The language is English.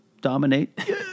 dominate